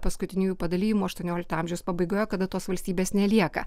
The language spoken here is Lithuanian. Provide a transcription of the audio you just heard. paskutiniųjų padalijimų aštuoniolikto amžiaus pabaigoje kada tos valstybės nelieka